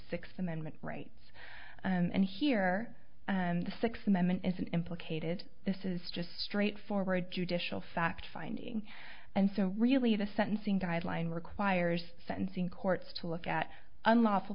sixth amendment rights and here the sixth amendment isn't implicated this is just straightforward judicial fact finding and so really the sentencing guideline requires sentencing courts to look at unlawful